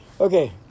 Okay